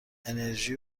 انِرژی